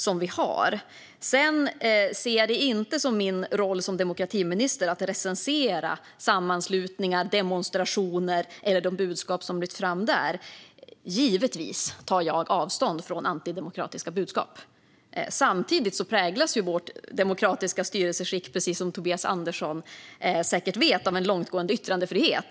Som demokratiminister ser jag det inte som min roll att recensera sammanslutningar eller demonstrationer eller budskap som lyfts fram där. Jag tar givetvis avstånd från antidemokratiska budskap. Samtidigt präglas vårt demokratiska styrelseskick, som Tobias Andersson säkert vet, av en långtgående yttrandefrihet.